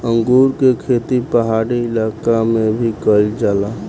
अंगूर के खेती पहाड़ी इलाका में भी कईल जाला